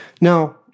Now